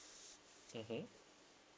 mmhmm